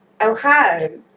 Ohio